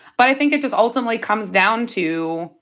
but i think it just ultimately comes down to,